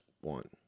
one